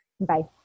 Bye